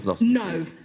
no